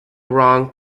wrong